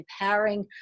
empowering